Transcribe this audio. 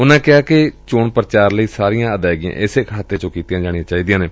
ਉਨੁਾਂ ਕਿਹਾ ਕਿ ਚੋਣ ਪ੍ਰਚਾਰ ਲਈ ਸਾਰੀਆਂ ਅਦਾਇਗੀਆਂ ਇਸੇ ਖਾਤੇ ਵਿਚੋਂ ਕੀਤੀਆਂ ਜਾਣੀਆਂ ਚਾਹੀਦੀਆਂ ਨੇ